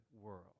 world